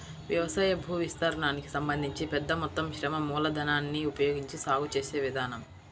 వ్యవసాయ భూవిస్తీర్ణానికి సంబంధించి పెద్ద మొత్తం శ్రమ మూలధనాన్ని ఉపయోగించి సాగు చేసే విధానం